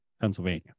Pennsylvania